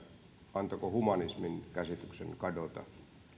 antako humanismin käsityksen kadota